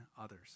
others